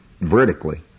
Vertically